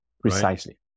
Precisely